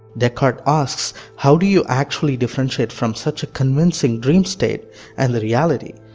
descartes asks how do you actually differentiate from such a convincing dream state and the reality.